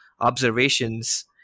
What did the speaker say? observations